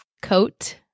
coat